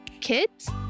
kids